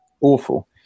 awful